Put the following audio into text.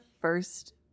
first